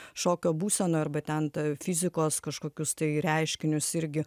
šokio būsenoj arba ten ta fizikos kažkokius tai reiškinius irgi